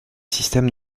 systèmes